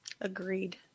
Agreed